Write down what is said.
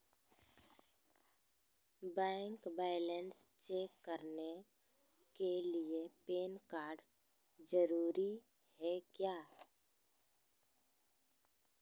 Bank balance check करने के लिए पैन कार्ड जरूरी है क्या?